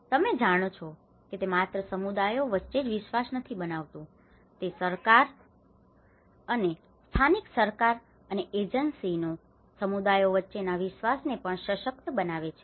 તમે જાણો છો કે તે માત્ર સમુદાયો વચ્ચે જ વિશ્વાસ નથી બનાવતું તે સરકાર અને સ્થાનિક સરકાર અને એજન્સી ઓ અને સમુદાયો વચ્ચેના વિશ્વાસ ને પણ સશક્ત બનાવે છે